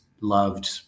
loved